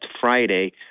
friday